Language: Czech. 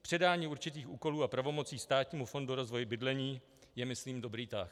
Předání určitých úkolů a pravomocí Státnímu fondu rozvoje bydlení je myslím dobrý tah.